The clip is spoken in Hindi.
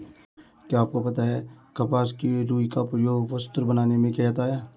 क्या आपको पता है कपास की रूई का प्रयोग वस्त्र बनाने में किया जाता है?